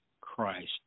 Christ